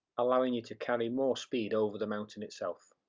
allowing you to carry more speed over the mountain itself.